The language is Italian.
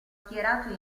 schierato